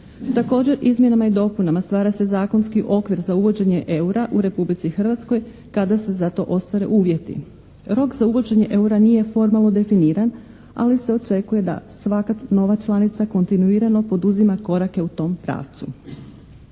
Također izmjenama i dopunama stvara se zakonski okvir za uvođenje EUR-a u Republici Hrvatskoj kada se za to ostvare uvjeti. Rok za uvođenje EUR-a nije formalno definiran ali se očekuje da svaka nova članica kontinuirano poduzima korake u tom pravcu.